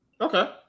Okay